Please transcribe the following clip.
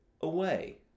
away